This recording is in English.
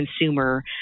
consumer